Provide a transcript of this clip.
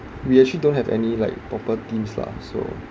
we actually don't have any like proper themes lah so